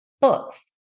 books